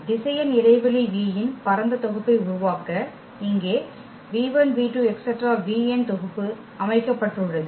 திசையன் இடைவெளி V இன் பரந்த தொகுப்பை உருவாக்க இங்கே தொகுப்பு அமைக்கப்பட்டுள்ளது